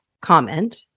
comment